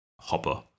Hopper